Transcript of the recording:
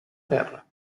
terra